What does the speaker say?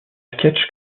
sketchs